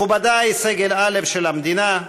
מכובדי סגל א' של המדינה,